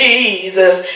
Jesus